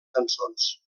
cançons